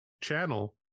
channel